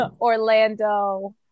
Orlando